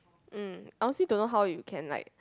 mm I honestly don't know how it can like